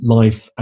life